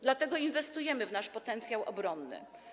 Dlatego inwestujemy w nasz potencjał obronny.